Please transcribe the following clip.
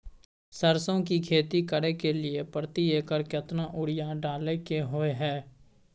सरसो की खेती करे के लिये प्रति एकर केतना यूरिया डालय के होय हय?